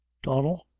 donnel,